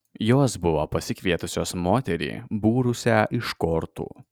jos buvo pasikvietusios moterį būrusią iš kortų